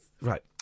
right